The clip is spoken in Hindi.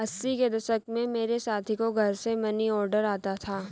अस्सी के दशक में मेरे साथी को घर से मनीऑर्डर आता था